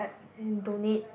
and donate